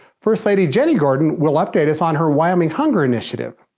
first lady, jenny gordon will update us on her wyoming hunger initiative.